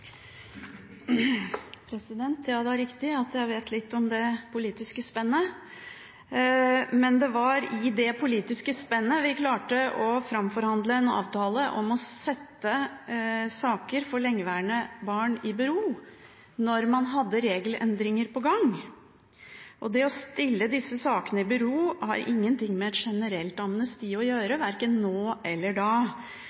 riktig at jeg vet litt om det politiske spennet, men det var i det politiske spennet vi klarte å framforhandle en avtale om å sette saker for lengeværende barn i bero når man hadde regelendringer på gang. Det å stille disse sakene i bero har ingenting med et generelt amnesti å gjøre,